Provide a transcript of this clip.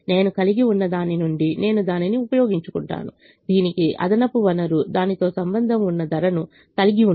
నేను కలిగి ఉన్నదాని నుండి నేను దానిని ఉపయోగించుకుంటాను దీనికి అదనపు వనరు దానితో సంబంధం ఉన్న ధరను కలిగి ఉండదు